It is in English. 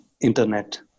internet